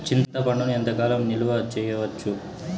చింతపండును ఎంత కాలం నిలువ చేయవచ్చు?